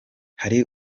hari